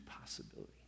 possibility